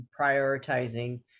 prioritizing